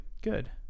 good